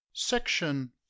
Section